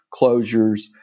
closures